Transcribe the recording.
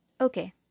Okay